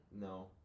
No